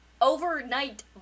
overnight